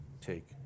Take